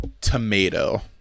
tomato